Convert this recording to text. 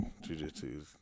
Jiu-Jitsu